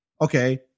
okay